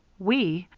we!